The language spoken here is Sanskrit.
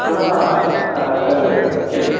पुनः तद् किं